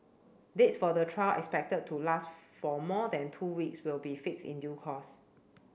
dates for the trial expected to last for more than two weeks will be fixed in due course